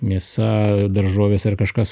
mėsa daržovės ar kažkas